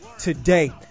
today